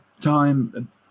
time